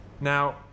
Now